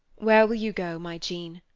where will you go, my jean?